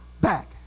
back